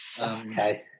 Okay